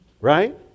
right